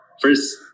first